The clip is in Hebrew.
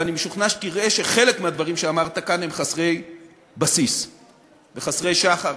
ואני משוכנע שתראה שחלק מהדברים שאמרת כאן הם חסרי בסיס וחסרי שחר.